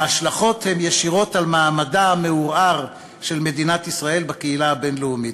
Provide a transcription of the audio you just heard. ההשלכות הן ישירות על מעמדה המעורער של מדינת ישראל בקהילה הבין-לאומית.